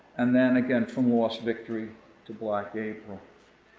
and then again from lost victory to black april.